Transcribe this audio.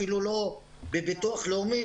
אפילו לא מביטוח לאומי,